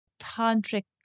tantric